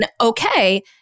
okay